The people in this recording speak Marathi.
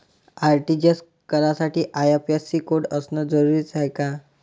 आर.टी.जी.एस करासाठी आय.एफ.एस.सी कोड असनं जरुरीच हाय का?